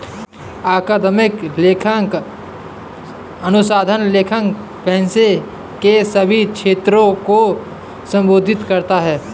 अकादमिक लेखांकन अनुसंधान लेखांकन पेशे के सभी क्षेत्रों को संबोधित करता है